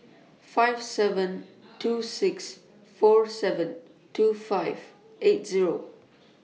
five seven two six four seven two five eight Zero